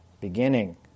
beginning